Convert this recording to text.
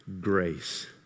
grace